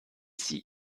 sie